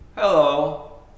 Hello